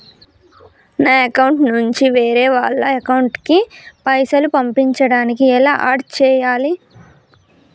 నా అకౌంట్ నుంచి వేరే వాళ్ల అకౌంట్ కి పైసలు పంపించడానికి ఎలా ఆడ్ చేయాలి?